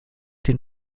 den